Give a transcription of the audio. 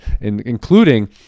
including